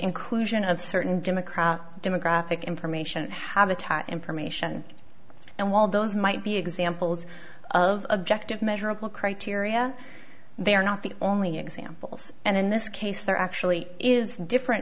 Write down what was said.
inclusion of certain democrat demographic information habitat information and while those might be examples of objective measurable criteria they are not the only examples and in this case there actually is different